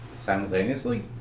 simultaneously